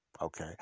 Okay